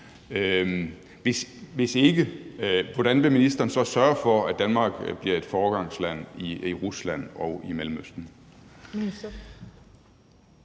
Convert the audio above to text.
hvordan vil ministeren så sørge for, at Danmark bliver et foregangsland i Rusland og i Mellemøsten?